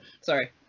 Sorry